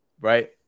right